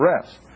arrest